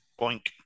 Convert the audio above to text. Boink